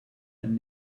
and